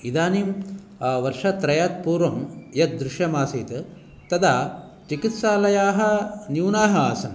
इदानीं वर्षत्रयात् पूर्वं यद्दृश्यं आसीत् तदा चिकित्सालयाः न्यूनाः आसन्